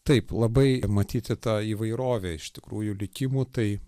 taip labai matyti ta įvairovė iš tikrųjų likimų tai